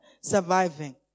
surviving